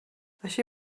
així